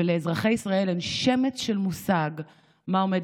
ולאזרחי ישראל אין שמץ של מושג מה עומד